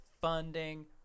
funding